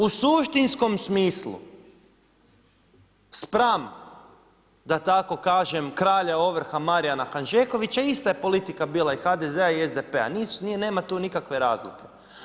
U suštinskom smislu spram da tako kažem kralja ovrha Marijana Hanžekovića ista je politika bila i HDZ-a i SDP-a nema tu nikakve razlike.